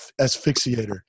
asphyxiator